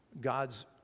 God's